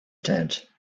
tent